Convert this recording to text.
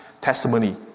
testimony